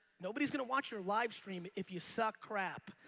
nobody's gonna watch your lifestream if you suck crap.